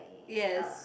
yes